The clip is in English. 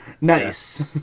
Nice